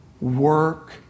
Work